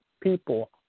people